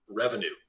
Revenue